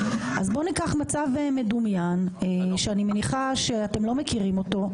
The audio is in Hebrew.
אז בואו ניקח מצב מדומיין שאני מניחה שאתם לא מכירים אותו,